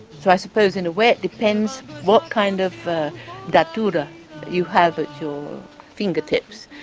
so i suppose in a way it depends what kind of datura you have at your fingertips,